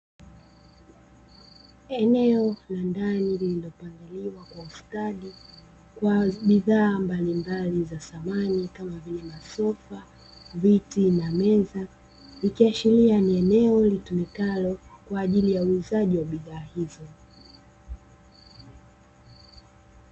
Eneo la ndani lililopangiliwa kwa ustadi kwa bidhaa mbalimbali za samani kama vile: masofa, viti, na meza, ikiashiria ni eneo litumikalo kwa ajili ya uuzaji wa bidhaa hizo.